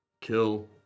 Kill